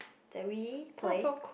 that we play